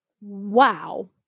wow